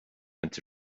into